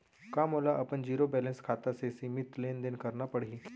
का मोला अपन जीरो बैलेंस खाता से सीमित लेनदेन करना पड़हि?